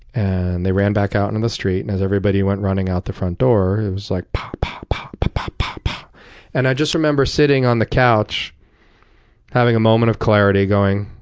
and they ran back out into and the street, and as everybody went running out the front door, it was like, pow and i just remember sitting on the couch having a moment of clarity going,